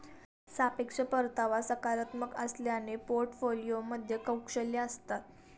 सापेक्ष परतावा सकारात्मक असल्याने पोर्टफोलिओमध्ये कौशल्ये असतात